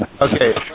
Okay